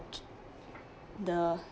the